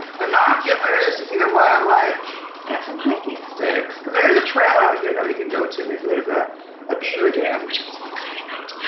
binoculars to see the wildlife and some hiking sticks. because there is a trail out here that we can go to and and there's ah a beaver dam which i'm so excited about.